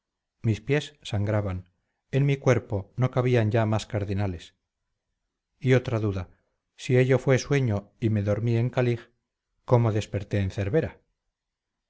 mis pies sangraban en mi cuerpo no cabían ya más cardenales y otra duda si ello fue sueño y me dormí en calig cómo desperté en cervera